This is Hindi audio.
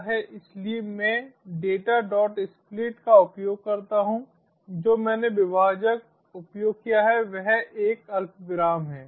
इसलिए मैं डेटा डॉट स्प्लिटdatasplit का उपयोग करता हूं जो मैंने विभाजक उपयोग किया है वह एक अल्पविराम है